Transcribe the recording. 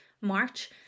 March